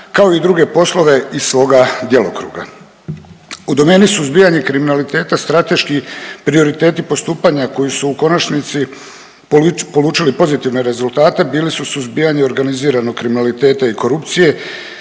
kao i druge poslove iz svoga djelokruga. U domeni suzbijanja kriminaliteta strateški prioriteti postupanja koji su u konačnici polučili pozitivne rezultate bili su suzbijanje organiziranog kriminaliteta i korupcije,